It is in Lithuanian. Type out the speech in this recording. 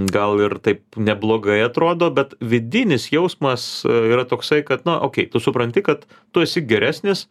gal ir taip neblogai atrodo bet vidinis jausmas yra toksai kad na okei tu supranti kad tu esi geresnis